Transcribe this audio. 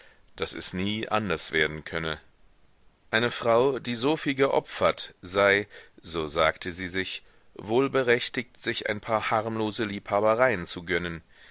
daß es nie anders werden könne eine frau die so viel geopfert sei so sagte sie sich wohlberechtigt sich ein paar harmlose liebhabereien zu gönnen